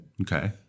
Okay